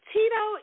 Tito